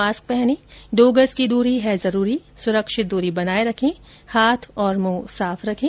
mask पहने दो गज की दूरी है जरूरी सुरक्षित दूरी बनाए रखें हाथ और मुंह साफ रखें